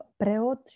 preot